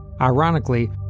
Ironically